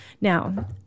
Now